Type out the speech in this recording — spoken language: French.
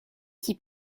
qui